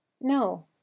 No